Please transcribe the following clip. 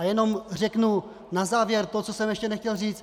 A jenom řeknu na závěr to, co jsem ještě nechtěl říct.